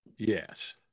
Yes